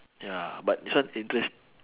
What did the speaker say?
ya but this one interest~